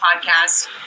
podcast